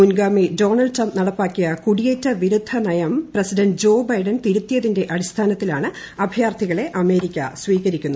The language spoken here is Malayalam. മുൻഗാമി ഡോണൾഡ് ട്രംപ് നടപ്പാക്കിയ കുടിയേറ്റ വിരുദ്ധമായ നയം പ്രസിഡന്റ് ജോ ബൈഡൻ തിരുത്തിയതിന്റെ അടിസ്ഥാനത്തിലാണ് അഭയാർത്ഥികളെ അമേരിക്ക സ്വീകരിക്കുന്നത്